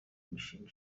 mishinga